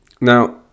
Now